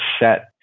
set